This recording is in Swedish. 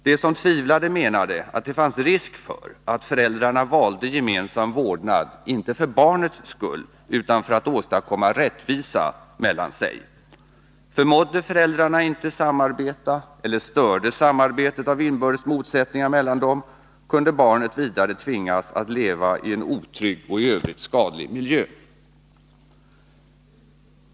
De som tvivlade menade att det fanns risk för att föräldrarna valde gemensam vårdnad, inte för barnets skull utan för att åstadkomma rättvisa mellan sig. Förmådde föräldrarna inte samarbeta eller stördes samarbetet av inbördes motsättningar mellan dem, kunde barnet vidare tvingas att leva i en otrygg och i övrigt skadlig miljö.